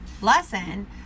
lesson